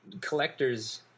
collectors